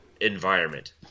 environment